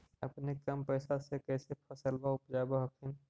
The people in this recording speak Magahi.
अपने कम पैसा से कैसे फसलबा उपजाब हखिन?